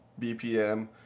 BPM